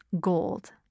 gold